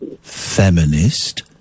Feminist